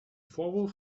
vorwurf